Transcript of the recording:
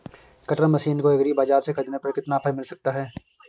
Cutter machine को agri बाजार से ख़रीदने पर कितना ऑफर मिल सकता है?